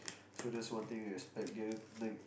so that's one thing we respect dude